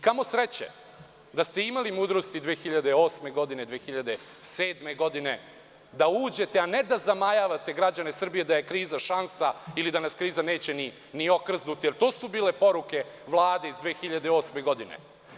Kamo sreće da ste imali mudrosti 2008. godine, 2007. godine da uđete, a ne da zamajavate građane Srbije da je kriza šansa ili da nas kriza neće ni okrznuti, jer to su bile poruke Vlade iz 2008. godine.